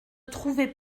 trouvais